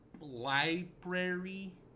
library